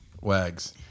Wags